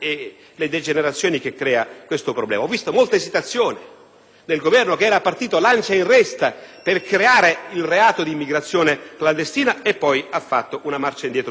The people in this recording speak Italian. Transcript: Presidente, colleghi,